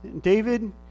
David